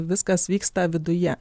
viskas vyksta viduje